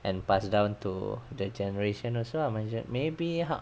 and pass down to the generation also lah macam maybe ha